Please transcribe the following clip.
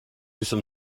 some